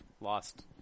lost